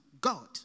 God